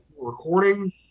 Recording